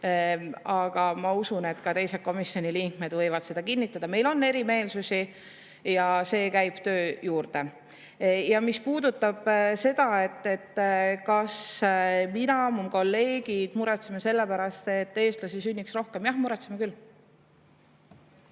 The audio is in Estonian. aga ma usun, et teised komisjoni liikmed võivad seda kinnitada. Meil on erimeelsusi ja see käib töö juurde. Mis puudutab seda, kas mina ja mu kolleegid muretseme selle pärast, et eestlasi sünniks rohkem, siis jah, muretseme küll.